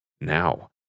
now